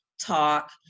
talk